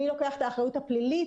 מי לוקח את האחריות הפלילית,